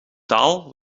taal